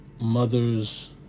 mothers